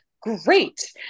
great